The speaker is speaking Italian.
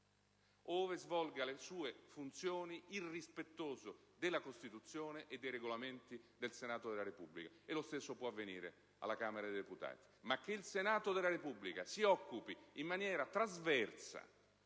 infedelmente, in modo irrispettoso della Costituzione e dei Regolamenti del Senato della Repubblica, e lo stesso può avvenire alla Camera dei deputati; ma che il Senato della Repubblica si occupi in maniera obliqua